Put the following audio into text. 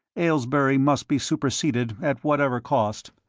aylesbury must be superseded at whatever cost.